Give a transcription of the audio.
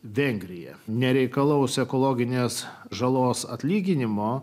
vengrija nereikalaus ekologinės žalos atlyginimo